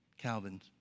Calvin's